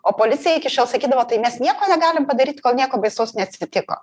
o policija iki šiol sakydavo tai mes nieko negalim padaryt kol nieko baisaus neatsitiko